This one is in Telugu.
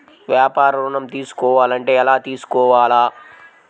వ్యాపార ఋణం తీసుకోవాలంటే ఎలా తీసుకోవాలా?